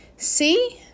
See